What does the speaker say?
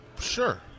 Sure